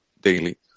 daily